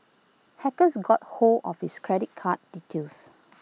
hackers got hold of his credit card details